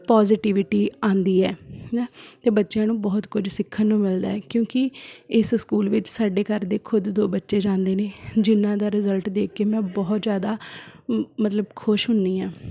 positivity ਆਉਂਦੀ ਹੈ ਹੈ ਨਾ ਅਤੇ ਬੱਚਿਆਂ ਨੂੰ ਬਹੁਤ ਕੁਝ ਸਿੱਖਣ ਨੂੰ ਮਿਲਦਾ ਕਿਉਂਕਿ ਇਸ ਸਕੂਲ ਵਿੱਚ ਸਾਡੇ ਘਰ ਦੇ ਖੁਦ ਦੋ ਬੱਚੇ ਜਾਂਦੇ ਨੇ ਜਿਨ੍ਹਾਂ ਦਾ ਰਿਜ਼ਲਟ ਦੇਖ ਕੇ ਮੈਂ ਬਹੁਤ ਜ਼ਿਆਦਾ ਮ ਮਤਲਬ ਖੁਸ਼ ਹੁੰਦੀ ਹਾਂ